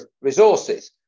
resources